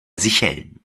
seychellen